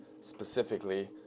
specifically